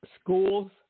schools